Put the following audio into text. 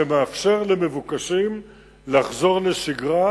שמאפשר למבוקשים לחזור לשגרה,